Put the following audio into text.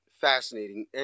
fascinating